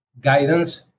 guidance